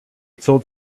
told